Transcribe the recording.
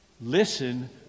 Listen